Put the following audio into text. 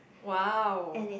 !wow!